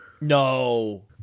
no